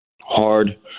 hard